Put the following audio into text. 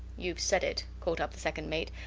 youve said it, caught up the second mate,